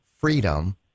freedom